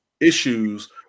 issues